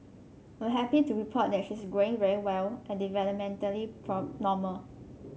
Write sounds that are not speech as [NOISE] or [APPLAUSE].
I'm happy to report that she's growing very well and developmentally [UNINTELLIGIBLE] normal